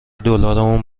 دلارمون